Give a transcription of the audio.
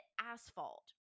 asphalt